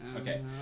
okay